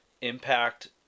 Impact